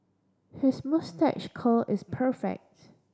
his moustache curl is perfect